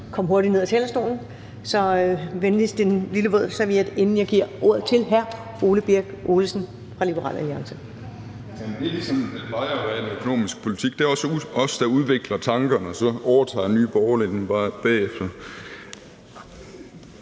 kom hurtigt ned fra talerstolen. Så venligst en lille våd serviet, inden jeg giver ordet til hr. Ole Birk Olesen fra Liberal Alliance. (Ole Birk Olesen (LA): Jamen det er, ligesom det plejer at være i den økonomiske politik. Det er også os, der udvikler tankerne, og så overtager Nye Borgerlige dem bare bagefter.